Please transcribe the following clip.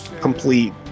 complete